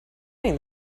doing